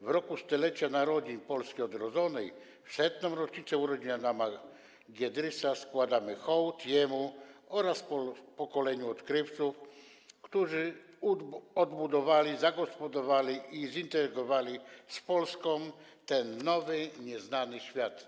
W roku 100-lecia narodzin Polski odrodzonej, w 100. rocznicę urodzin Adama Giedrysa składamy hołd jemu oraz pokoleniu odkrywców, którzy odbudowali, zagospodarowali i zintegrowali z Polską ten nowy, nieznany świat.